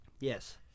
Yes